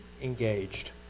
engaged